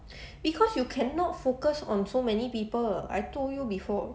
because you cannot focus on so many people I told you before there